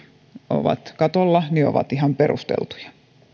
ovat katolla ja ne ovat ihan perusteltuja